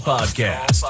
Podcast